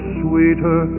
sweeter